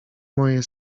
moje